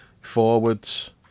forwards